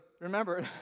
remember